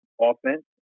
offense